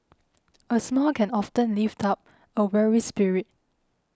a smile can often lift up a weary spirit